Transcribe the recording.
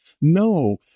No